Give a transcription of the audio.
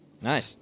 Nice